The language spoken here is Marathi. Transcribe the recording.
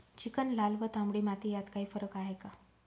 चिकण, लाल व तांबडी माती यात काही फरक आहे का?